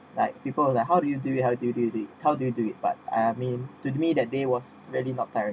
like people who like how do you do it how do you do it how do you do it but I mean to me that day was really not tiring